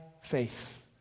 faith